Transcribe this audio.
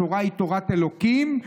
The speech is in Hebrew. התורה היא תורת אלוקים,